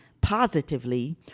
positively